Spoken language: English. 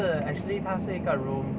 就是 actually 它是一个 room